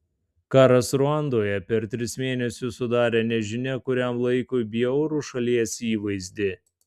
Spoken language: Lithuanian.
karas ruandoje per tris mėnesius sudarė nežinia kuriam laikui bjaurų šalies įvaizdį